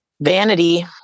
Vanity